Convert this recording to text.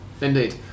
Indeed